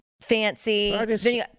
fancy